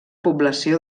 població